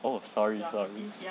oh sorry sorry